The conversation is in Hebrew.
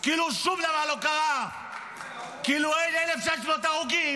כאילו שום דבר לא קרה, כאילו אין 1,600 הרוגים.